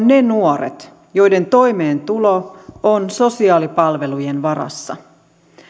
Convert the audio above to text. ne nuoret joiden toimeentulo on sosiaalipalvelujen varassa